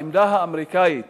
העמדה האמריקנית